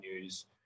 news